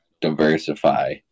diversify